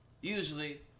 usually